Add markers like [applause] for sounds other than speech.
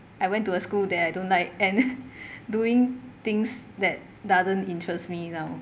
I went to a school that I don't like and [noise] doing things that doesn't interest me now